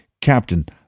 Captain